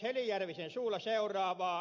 heli järvisen suulla seuraavaa